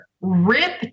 rip